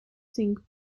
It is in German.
zink